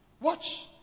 Watch